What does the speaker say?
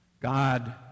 God